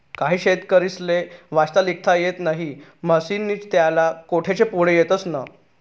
काही शेतकरीस्ले वाचता लिखता येस नही म्हनीस्नी त्या कोठेच पुढे येतस नही